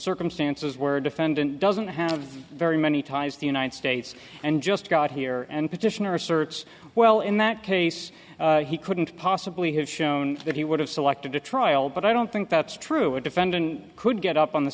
circumstances where defendant doesn't have very many ties the united states and just got here and petitioner asserts well in that case he couldn't possibly have shown that he would have selected a trial but i don't think that's true a defendant could get up on the